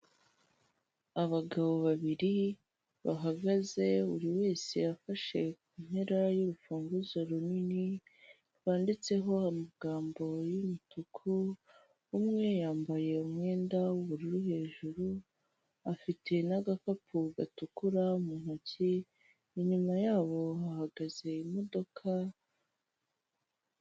Abagabo babiri bahagaze, buri wese afashe ku mpera y'urufunguzo runini rwanditseho amagambo y'umutuku, umwe yambaye umwenda w'ubururu hejuru, afite n'agakapu gatukura mu ntoki, inyuma yabo hahagaze imodoka.